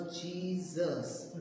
Jesus